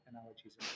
analogies